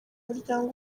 muryango